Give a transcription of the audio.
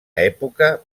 època